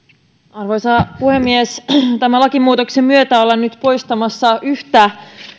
arvoisa puhemies tämän lakimuutoksen myötä ollaan nyt poistamassa yhtä